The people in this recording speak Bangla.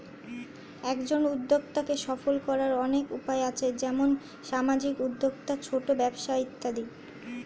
একজন উদ্যোক্তাকে সফল করার অনেক উপায় আছে, যেমন সামাজিক উদ্যোক্তা, ছোট ব্যবসা ইত্যাদি